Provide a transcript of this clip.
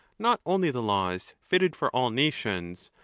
not only the laws fitted for all nations,